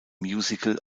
musical